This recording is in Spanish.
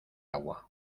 agua